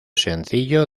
sencillo